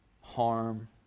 harm